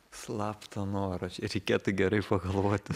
slaptą norą čia reikėtų gerai pagalvoti